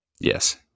Yes